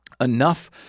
enough